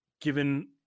given